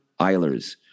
islers